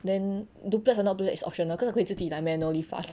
then err duplets 那个 is optional cause 我可以自己 like manually 发